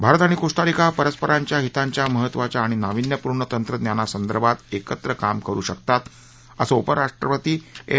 भारत आणि कोस्टारिका परस्परांच्या हितांच्या महत्त्वाच्या आणि नावीन्यपूर्ण तंत्रज्ञासंदर्भात एकत्र काम करू शकतात असं उपराष्ट्रपती एम